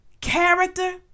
character